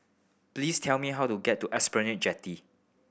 please tell me how to get to Esplanade Jetty